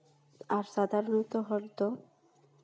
ᱟᱨ ᱥᱟᱫᱷᱟᱨᱚᱱᱚᱛᱚ ᱦᱚᱲ ᱫᱚ